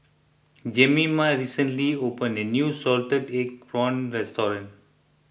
Jemima recently opened a new Salted Egg Prawns Restaurant